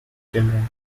children